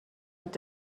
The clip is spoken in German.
hat